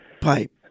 pipe